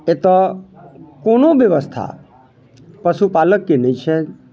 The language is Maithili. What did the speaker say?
एतय कोनो व्यवस्था पशुपालककेँ नहि छनि